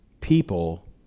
people